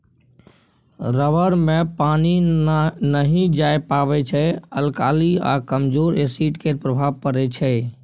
rubber मे पानि नहि जाए पाबै छै अल्काली आ कमजोर एसिड केर प्रभाव परै छै